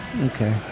Okay